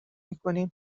میکنیم